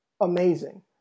amazing